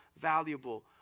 valuable